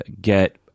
get